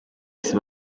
isi